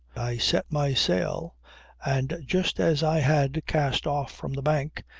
i set my sail and just as i had cast off from the bank,